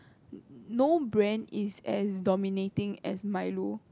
no brand is as dominating as Milo